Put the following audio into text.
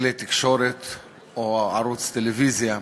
כלי תקשורת או ערוץ טלוויזיה.